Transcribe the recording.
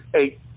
eight